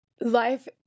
life